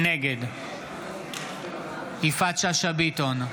נגד יפעת שאשא ביטון,